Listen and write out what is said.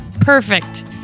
Perfect